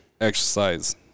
exercise